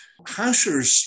Hashers